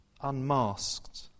unmasked